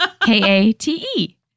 K-A-T-E